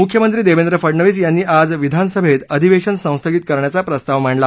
मुख्यमंत्री देवेंद्र फडनवीस यांनी आज विधानसभेत अधिवेशन संस्थगित करण्याचा प्रस्ताव मांडला